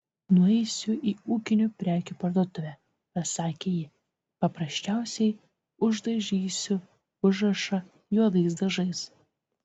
nueisiu į ūkinių prekių parduotuvę pasakė ji paprasčiausiai uždažysiu užrašą juodais dažais